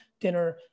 dinner